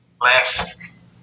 last